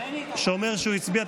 שאומר שהוא הצביע.